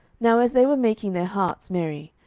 now as they were making their hearts merry,